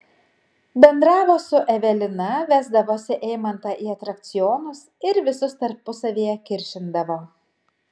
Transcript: bendravo su evelina vesdavosi eimantą į atrakcionus ir visus tarpusavyje kiršindavo